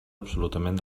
absolutament